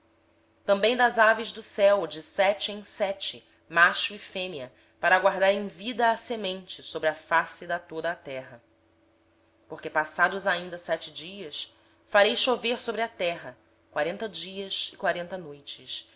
também das aves do céu sete e sete macho e fêmea para se conservar em vida sua espécie sobre a face de toda a terra porque passados ainda sete dias farei chover sobre a terra quarenta dias e quarenta noites